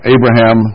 Abraham